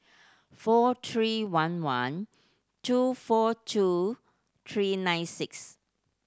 four three one one two four two three nine six